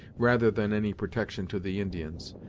rather than any protection to the indians.